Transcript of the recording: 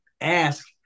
ask